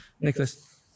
Nicholas